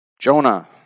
Jonah